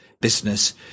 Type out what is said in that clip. business